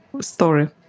story